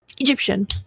Egyptian